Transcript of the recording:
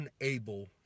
unable